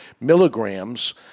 milligrams